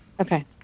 Okay